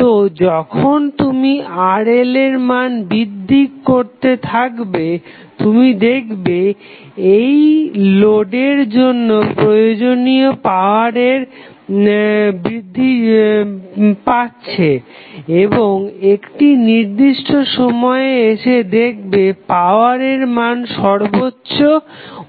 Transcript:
তো যখন তুমি RL এর মান বৃদ্ধি করতে থাকবে তুমি দেখবে এই লোডের জন্য প্রয়োজনীয় পাওয়ার বৃদ্ধি পাচ্ছে এবং একটি নির্দিষ্ট সময়ে এসে দেখবে পাওয়ার এর মান সর্বোচ্চ